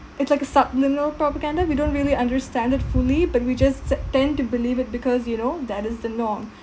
it's like a subliminal propaganda we don't really understand it fully but we just tend to believe it because you know that is the norm